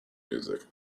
music